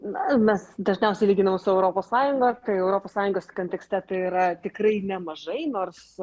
na mes dažniausiai lyginam su europos sąjunga tai europos sąjungos kontekste tai yra tikrai nemažai nors